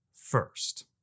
first